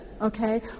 okay